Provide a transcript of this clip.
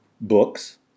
books